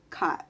card